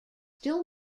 still